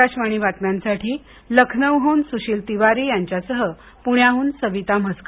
आकाशवाणी बातम्यांसाठी लखनौहून सुशील तिवारी यांच्यासह पुण्याहून सविता म्हसकर